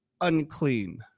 unclean